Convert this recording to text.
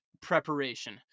preparation